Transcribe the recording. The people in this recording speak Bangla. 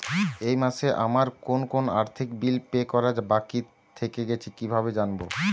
এই মাসে আমার কোন কোন আর্থিক বিল পে করা বাকী থেকে গেছে কীভাবে জানব?